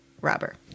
robber